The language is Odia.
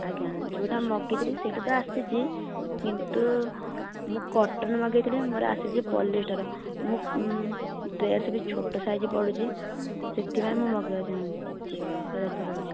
ଆଜ୍ଞା ଯେଉଁଟା ମଗାଇଥିଲି ସେହିଟା ତ ଆସିଛି କିନ୍ତୁ ମୁଁ କଟନ ମଗାଇଥିଲି ମୋର ଆସିଛି ପଲିଷ୍ଟର ମୁଁ ଡ୍ରେସ ବି ଛୋଟ ସାଇଜ ପଡ଼ୁଛି ସେଥିପାଇଁ ମୁଁ ମଗାଇବା ଚାହୁଁଛି ଡ୍ରେସ ତ ପାରୁଛି